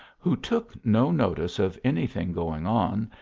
who took no notice of any thing going on,